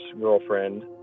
girlfriend